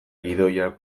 gidoia